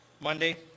Monday